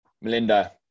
Melinda